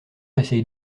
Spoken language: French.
essaie